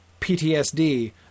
PTSD